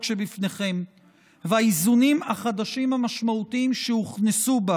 שבפניכם והאיזונים החדשים המשמעותיים שהוכנסו בה